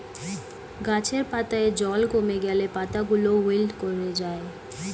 গাছের পাতায় জল কমে গেলে পাতাগুলো উইল্ট করে যায়